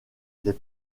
des